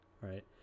right